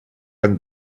can